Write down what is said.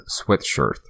sweatshirt